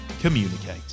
communicate